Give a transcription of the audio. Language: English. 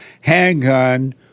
handgun